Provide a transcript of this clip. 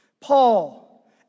Paul